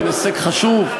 הן הישג חשוב?